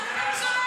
תני לו לדבר.